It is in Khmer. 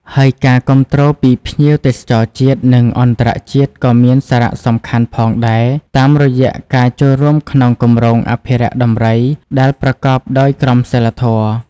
ហើយការគាំទ្រពីភ្ញៀវទេសចរជាតិ និងអន្តរជាតិក៏មានសារៈសំខាន់ផងដែរ តាមរយៈការចូលរួមក្នុងគម្រោងអភិរក្សដំរីដែលប្រកបដោយក្រមសីលធម៌។